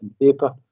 paper